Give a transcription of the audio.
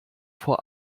vor